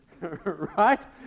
right